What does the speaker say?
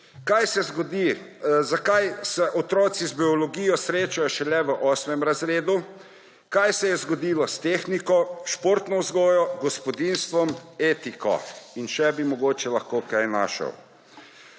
v šoli znižali, zakaj se otroci z biologijo srečajo šele v osmem razredu, kaj se je zgodilo s tehniko, športno vzgojo, gospodinjstvom, etiko in mogoče bi lahko še kaj našel.